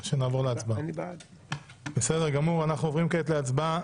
אנחנו עוברים כעת להצבעה.